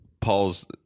Paul's